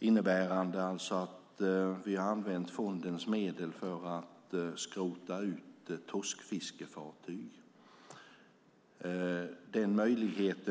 Det innebär att vi har använt fondens medel för att skrota ut torskfiskefartyg. Denna möjlighet